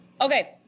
Okay